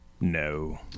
No